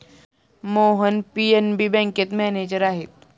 Mohan PNB बँकेत manager आहेत